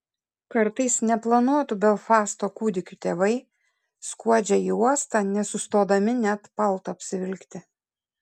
kartais neplanuotų belfasto kūdikių tėvai skuodžia į uostą nesustodami net palto apsivilkti